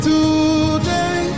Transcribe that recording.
Today